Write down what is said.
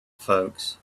folks